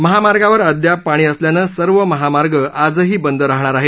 महामार्गवर अद्याप पाणी असल्यानं सर्व महामार्ग आजही बंद राहणार आहेत